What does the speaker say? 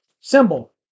symbol